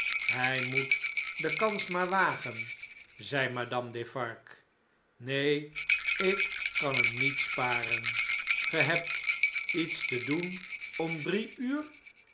hij moet de kans maar wagen zei madame defarge neen ik kan hem niet sparen ge hebt iets te doen om drie uur